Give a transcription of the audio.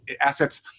assets